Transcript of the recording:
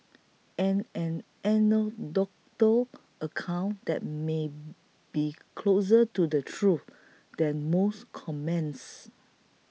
and an anecdotal account that may be closer to the truth than most comments